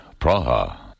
Praha